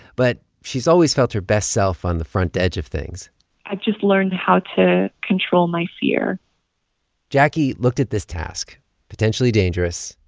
but she's always felt her best self on the front edge of things i just learned how to control my fear jacquie looked at this task potentially dangerous,